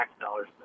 dollars